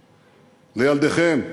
לילדיכם,